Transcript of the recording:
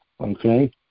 okay